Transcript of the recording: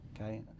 Okay